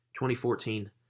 2014